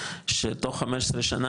שתוך 15 שנה,